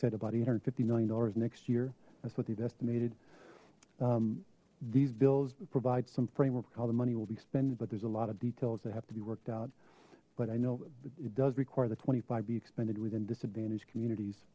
said about eight hundred and fifty million dollars next year that's what they've estimated these bills provide some framework how the money will be spending but there's a lot of details that have to be worked out but i know it does require the twenty five be expended within disadvantaged communities